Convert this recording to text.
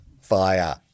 Fire